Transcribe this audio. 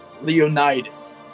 Leonidas